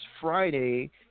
Friday